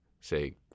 say